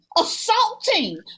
assaulting